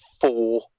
four